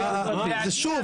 זה שוב,